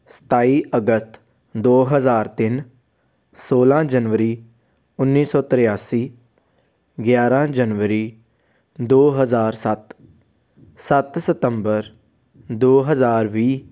ਸਤਾਈ ਅਗਸਤ ਦੋ ਹਜ਼ਾਰ ਤਿੰਨ ਸੋਲਾਂ ਜਨਵਰੀ ਉੱਨੀ ਸੌ ਤ੍ਰਿਆਸੀ ਗਿਆਰਾਂ ਜਨਵਰੀ ਦੋ ਹਜ਼ਾਰ ਸੱਤ ਸੱਤ ਸਤੰਬਰ ਦੋ ਹਜ਼ਾਰ ਵੀਹ